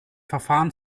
verfahren